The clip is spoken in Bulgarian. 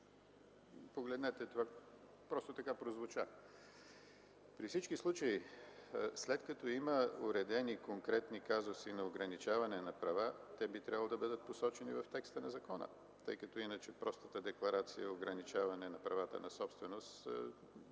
Погледнете, това просто така прозвуча. При всички случаи, след като има уредени конкретни казуси на ограничаване на права, те би трябвало да бъдат посочени в текста на закона, тъй като иначе простата декларация – ограничаване на правата на собственост,